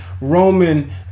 Roman